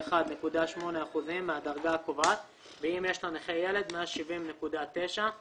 131.8% מהדרגה הקובעת, ואם יש לנכה ילד, 170.9%